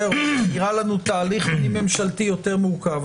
נראה לנו תהליך פנים-ממשלתי יותר מורכב.